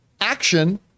action